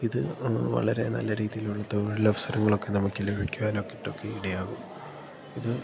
ഇത് വളരെ നല്ല രീതിയിലുള്ള തൊഴിലവസരങ്ങളൊക്കെ നമുക്ക് ലഭിക്കാനായിട്ടൊക്കെ ഇടയാകും ഇത്